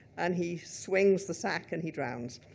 and he swings the sack and he drowns.